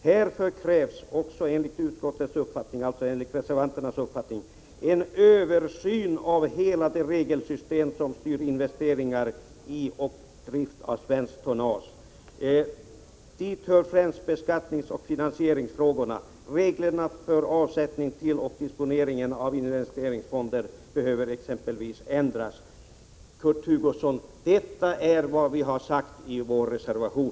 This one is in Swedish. Härför krävs, också enligt utskottets uppfattning, en översyn av hela det regelsystem som styr investeringar i och drift av svenskt tonnage. Dit hör främst beskattningsoch finansieringsfrågorna. Reglerna för avsättning till och disponeringen av investeringsfonder behöver exempelvis ändras.” Kurt Hugosson, detta är vad som står i vår reservation.